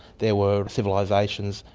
there were civilisations,